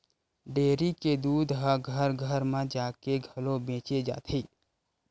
dairy के दूद ह घर घर म जाके घलो बेचे जाथे